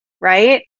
right